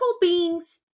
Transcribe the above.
beings